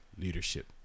leadership